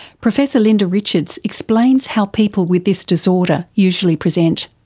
professor linda richards explains how people with this disorder usually present.